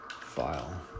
file